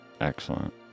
Excellent